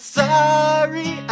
sorry